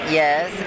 yes